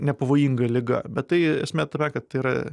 nepavojinga liga bet tai esmė tame kad tai yra